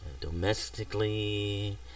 domestically